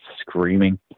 screaming